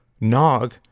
Nog